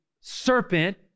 serpent